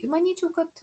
manyčiau kad